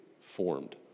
formed